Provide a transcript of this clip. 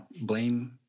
blame